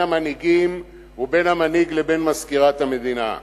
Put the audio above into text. המנהיגים ובין המנהיג לבין מזכירת המדינה.